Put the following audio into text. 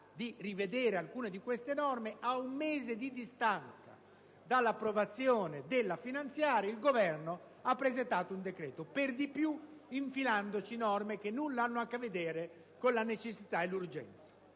di rivedere alcune di queste norme, ad un mese di distanza dall'approvazione della finanziaria il Governo ha presentato un decreto, per di più infilandoci dentro norme che nulla hanno a che vedere con i requisiti di necessità e di urgenza.